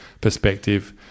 perspective